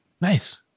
Nice